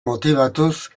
motibatuz